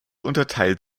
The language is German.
unterteilt